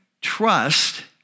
trust